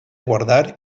guardar